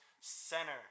Center